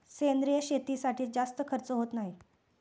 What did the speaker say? सेंद्रिय शेतीसाठी जास्त खर्च होत नाही